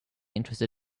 interested